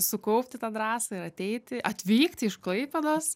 sukaupti tą drąsą ir ateiti atvykti iš klaipėdos